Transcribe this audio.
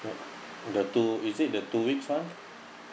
ya the two is it the two weeks one